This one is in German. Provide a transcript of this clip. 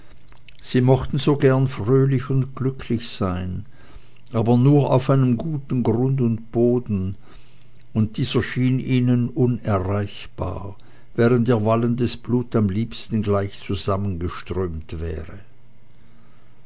sie mochten so gern fröhlich und glücklich sein aber nur auf einem guten grund und boden und dieser schien ihnen unerreichbar während ihr wallendes blut am liebsten gleich zusammengeströmt wäre